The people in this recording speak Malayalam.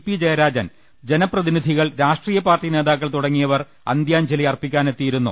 പി ജയരാജൻ ജനപ്രതിനിധികൾ രാഷ്ട്രീയ പാർട്ടി നേതാക്കൾ തുടങ്ങിയവർ അന്ത്യാഞ്ജലി അർപ്പിക്കാനെ ത്തിയിരുന്നു